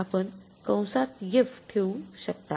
आपण कंसात एफ ठेवू शकता